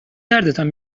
دردتان